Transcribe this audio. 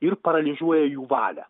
ir paralyžiuoja jų valią